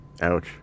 Ouch